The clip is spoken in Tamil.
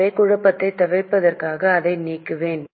எனவே குழப்பத்தைத் தவிர்ப்பதற்காக அதை நீக்குவேன்